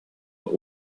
but